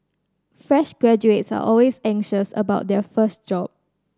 fresh graduates are always anxious about their first job